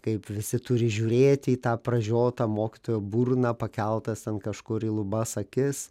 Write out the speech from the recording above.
kaip visi turi žiūrėti į tą pražiotą mokytojo burną pakeltas ten kažkur į lubas akis